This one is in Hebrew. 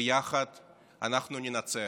ויחד אנחנו ננצח.